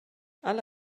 alle